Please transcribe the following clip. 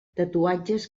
tatuatges